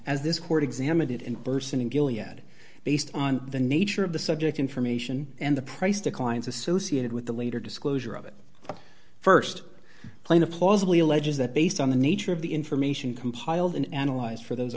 as this court examined it in person and gilliatt it based on the nature of the subject information and the price declines associated with the later disclosure of it st plaintiff plausibly alleges that based on the nature of the information compiled and analyzed for those